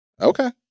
Okay